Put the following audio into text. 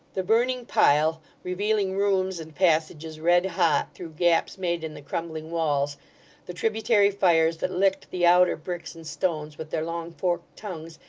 the burning pile, revealing rooms and passages red hot, through gaps made in the crumbling walls the tributary fires that licked the outer bricks and stones, with their long forked tongues,